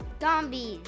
Zombies